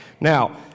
Now